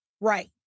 Right